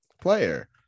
player